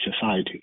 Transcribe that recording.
society